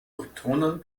neutronen